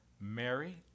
Mary